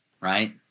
right